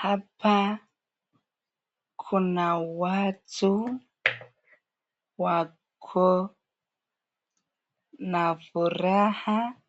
Hapa kuna watu wako na furaha